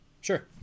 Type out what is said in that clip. Sure